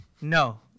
No